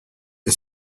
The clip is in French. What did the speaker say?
est